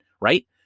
right